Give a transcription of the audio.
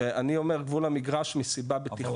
ואני אומר גבול המגרש מסיבה בטיחותית.